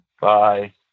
Bye